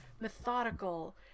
methodical